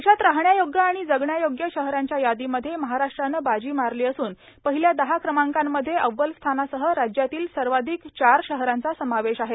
देशात राहण्यायोग्य आणि जगण्यायोग्य शहरांच्या यादीमध्ये महाराष्ट्रानं बाजी मारली असून पहिल्या दहा क्रमांकांमध्ये अव्वल स्थानासह राज्यातील सर्वाधिक चार शहरांचा समावेश आहे